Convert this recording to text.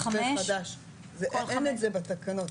אין את זה בתקנות,